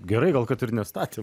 gerai gal kad ir nestačio